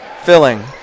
Filling